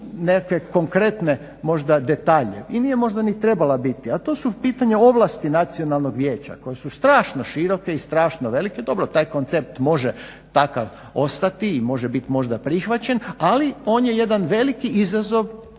nekakve konkretne, možda detalje i nije možda ni trebala biti, a to su pitanja ovlasti Nacionalnog vijeća koje su strašno široke i strašno velike. Dobro, taj koncept može takav ostati i može bit možda prihvaćen, ali on je jedan veliki izazov,